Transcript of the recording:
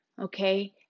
okay